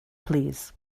plîs